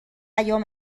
ایام